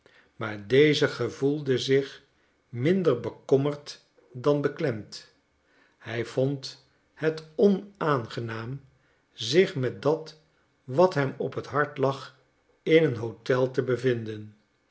maar deze gevoelde zich minder bekommerd dan beklemd hij vond het onaangenaam zich met dat wat hem op het hart lag in een hotel te bevinden